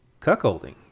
cuckolding